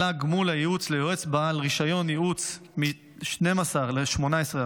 עלה גמול הייעוץ ליועץ בעל רישיון ייעוץ מ-12% ל-18%,